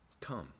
Come